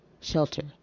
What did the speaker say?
Shelter